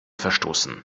verstoßen